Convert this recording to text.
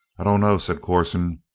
i don't know, said corson.